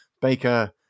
Baker